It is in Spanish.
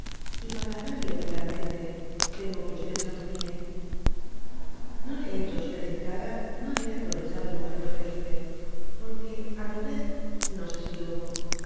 y para hablarle claramente temo que se alucine no le echo á encara no haber aprovechado el momento que dice por que á mi ver no sé si lo hubo